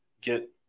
get